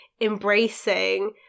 embracing